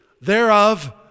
thereof